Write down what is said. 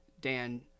Dan